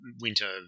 Winter